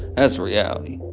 that's reality.